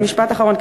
משפט אחרון.